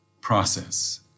process